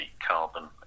carbon